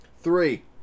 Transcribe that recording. Three